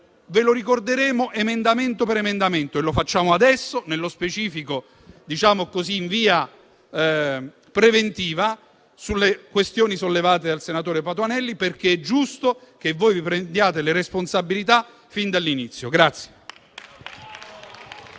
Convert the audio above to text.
ve lo ricorderemo emendamento per emendamento e lo facciamo adesso, nello specifico, in via preventiva sulle questioni sollevate dal senatore Patuanelli, perché è giusto che vi prendiate le vostre responsabilità fin dall'inizio.